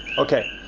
okay,